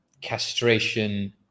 castration